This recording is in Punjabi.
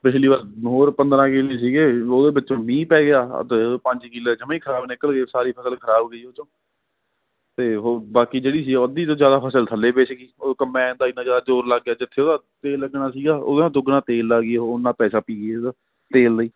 ਪਿਛਲੀ ਵਾਰ ਹੋਰ ਪੰਦਰਾਂ ਕਿੱਲੇ ਸੀਗੇ ਉਹਦੇ ਵਿੱਚੋਂ ਮੀਂਹ ਪੈ ਗਿਆ ਹੱਦ ਪੰਜ ਕਿੱਲੇ ਜਮਾਂ ਹੀ ਖ਼ਰਾਬ ਨਿਕਲ ਗਏ ਸਾਰੀ ਫਸਲ ਖ਼ਰਾਬ ਹੋ ਗਈ ਉਹ ਚੋਂ ਤਾਂ ਉਹ ਬਾਕੀ ਜਿਹੜੀ ਸੀ ਉਹ ਅੱਧੀ ਤੋਂ ਜ਼ਿਆਦਾ ਫਸਲ ਥੱਲੇ ਵਿਛ ਗਈ ਉਹ ਕੰਬਾਈਨ ਦਾ ਇੰਨਾ ਜ਼ਿਆਦਾ ਜੋਰ ਲੱਗ ਗਿਆ ਜਿੱਥੇ ਉਹਦਾ ਤੇਲ ਲੱਗਣਾ ਸੀਗਾ ਉਹਦਾ ਦੁੱਗਣਾ ਤੇਲ ਲਾ ਗਈ ਉਹ ਉੰਨਾ ਪੈਸਾ ਪੀਗੀ ਉਹਦਾ ਤੇਲ ਲਈ